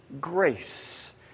grace